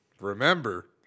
Remember